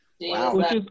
wow